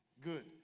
Good